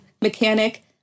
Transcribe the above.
mechanic